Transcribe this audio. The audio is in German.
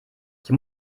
hier